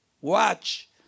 watch